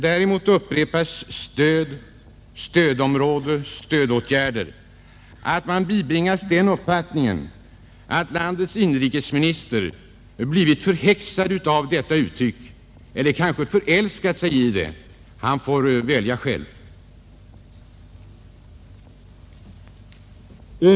Däremot upprepas orden ”stöd”, ”stödområde”, ”stödåtgärder” så ofta att man bibringas den uppfattningen att inrikesministern har blivit förhäxad av detta uttryck — eller kanske har förälskat sig i det, han får själv välja.